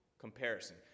comparison